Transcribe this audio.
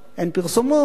אין פרסומות,